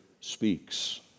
speaks